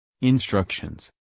instructions